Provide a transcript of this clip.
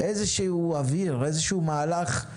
איזשהו אוויר, איזשהו מהלך?